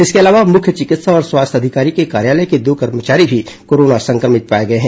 इसके अलावा मुख्य चिकित्सा और स्वास्थ्य अधिकारी के कार्यालय के दो कर्मचारी भी कोरोना संक्रमित पाए गए हैं